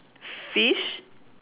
fish